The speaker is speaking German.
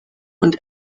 und